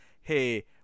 hey